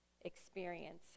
experience